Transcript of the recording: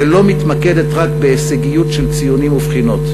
ולא מתמקדת רק בהישגיות של ציונים ובחינות,